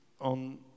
on